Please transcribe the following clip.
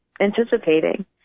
anticipating